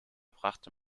brachte